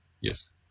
Yes